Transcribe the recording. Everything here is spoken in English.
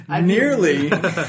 Nearly